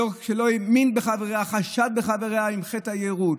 שלא האמין בחברים, חשד בחברים, עם חטא היהירות.